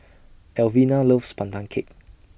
Alvina loves Pandan Cake